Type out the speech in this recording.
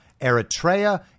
Eritrea